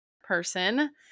person